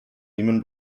lehman